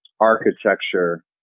architecture